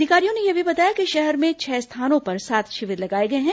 अधिकारियों ने यह भी बताया कि शहर में छह स्थानों पर सात शिविर लगाए गए हैं